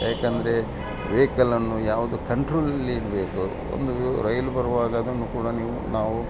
ಏಕೆಂದರೆ ವೈಕಲನ್ನು ಯಾವುದು ಕಂಟ್ರೋಲಲ್ಲಿ ಇಡಬೇಕು ಒಂದು ರೈಲು ಬರುವಾಗ ಅದನ್ನು ಕೂಡ ನೀವು ನಾವು